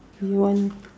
you want